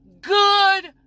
good